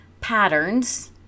patterns